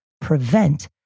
prevent